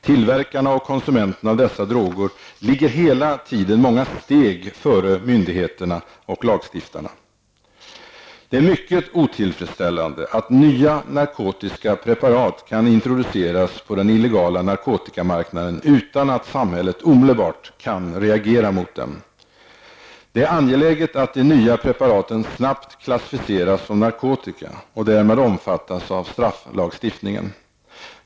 Tillverkarna och konsumenterna av dessa droger ligger hela tiden många steg före myndigheterna och lagstiftarna. Det är mycket otillfredsställande att nya narkotiska preparat kan introduceras på den illegala narkotikamarknaden utan att samhället omedelbart kan reagera mot dem. Det är angeläget att de nya preparaten snabbt klassificeras som narkotika och därmed omfattas av strafflagstiftningen.